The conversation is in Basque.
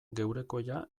geurekoia